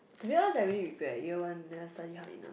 to be honest I really regret year one never study hard enough